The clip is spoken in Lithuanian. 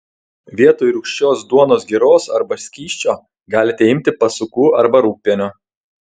vietoj rūgščios duonos giros arba skysčio galite imti pasukų arba rūgpienio